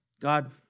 God